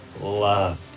loved